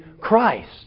Christ